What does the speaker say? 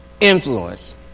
influence